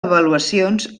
avaluacions